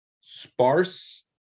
sparse